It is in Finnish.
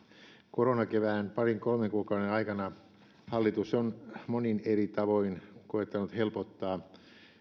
koronakevään parin kolmen kuukauden aikana hallitus on monin eri tavoin koettanut helpottaa